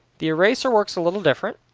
the eraser works a little different.